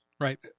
right